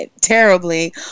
terribly